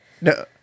No